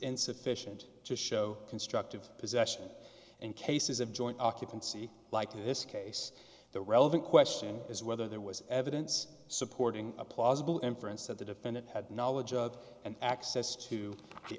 insufficient to show constructive possession and cases of joint occupancy like this case the relevant question is whether there was evidence supporting a plausible inference that the defendant had knowledge of and access to the